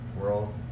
world